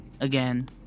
again